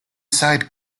side